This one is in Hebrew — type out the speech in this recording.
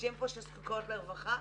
הנשים שזקוקות לרווחה,